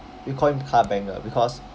we call him car banger because